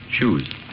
Shoes